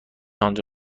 آنجا